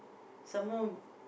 some more